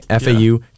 FAU